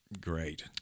great